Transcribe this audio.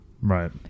Right